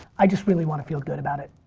i just really want to feel good about it.